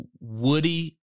Woody